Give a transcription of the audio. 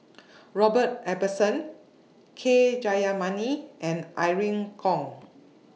Robert Ibbetson K Jayamani and Irene Khong